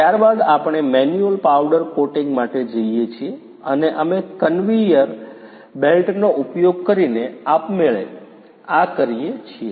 ત્યારબાદ આપણે manual powder coating માટે જઇએ છીએ અને અમે કન્વીયર બેલ્ટનો ઉપયોગ કરીને આપમેળે આ કરીએ છીએ